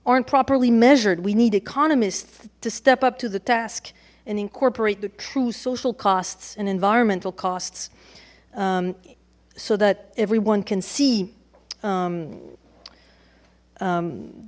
aren't properly measured we need economists to step up to the task and incorporate the true social costs and environmental costs so that everyone can see